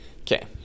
Okay